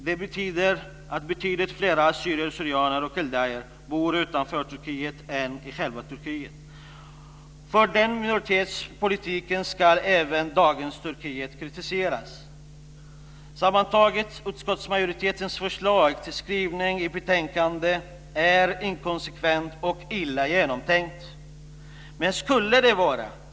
Det innebär att betydligt fler assyrier/syrianer och kaldéer bor utanför Turkiet än i själva Turkiet. För den minoritetspolitiken ska även dagens Turkiet kritiseras. Sammantaget: Utskottsmajoritetens förslag till skrivning i betänkandet är inkonsekvent och illa genomtänkt.